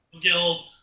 Guild